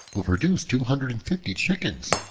will produce two hundred and fifty chickens.